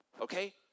Okay